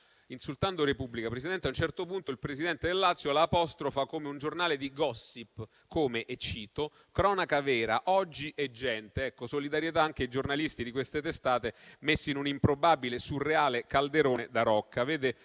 insultando «la Repubblica», Presidente, a un certo punto il presidente del Lazio la apostrofa come un giornale di *gossip*, come - e cito - «Cronaca vera», «Oggi» e «Gente». Solidarietà anche ai giornalisti di queste testate messi in un improbabile e surreale calderone da Rocca.